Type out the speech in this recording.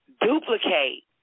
duplicate